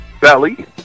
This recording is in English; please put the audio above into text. belly